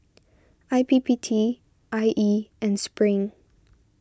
I P P T I E and Spring